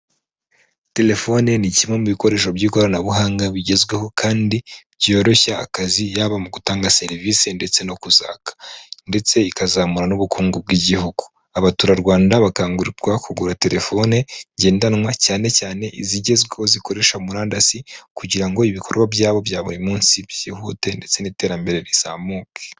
Telefone ni kimwe mu bikoresho by'ikoranabuhanga bigezweho kandi byoroshya akazi, yaba mu gutanga serivisi ndetse no kazamura n'ubukungu bw'Igihugu. Abaturarwanda bakangurirwa kugura telefone ngendanwa cyane cyane izigezweho zikoresha murandasi kugira ngo ibikorwa byabo bya buri munsi byihute ndetse n'iterambere rizamuke.